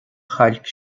chailc